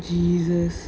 jesus